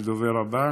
הדובר הבא.